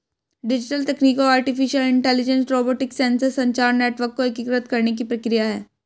digital तकनीकों artificial intelligence, robotics, sensor, संचार network को एकीकृत करने की प्रक्रिया है